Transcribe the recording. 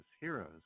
Heroes